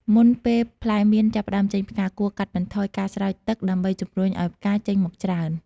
មុនពេលផ្លែមៀនចាប់ផ្តើមចេញផ្កា គួរកាត់បន្ថយការស្រោចទឹកដើម្បីជំរុញឱ្យផ្កាចេញមកច្រើន។